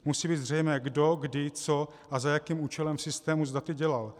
Musí být zřejmé, kdo, kdy, co a za jakým účelem v systému s daty dělal.